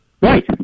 Right